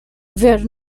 where